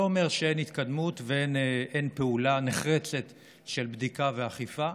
לא אומר שאין התקדמות ואין פעולה נחרצת של בדיקה ואכיפה,